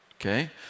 Okay